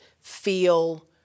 feel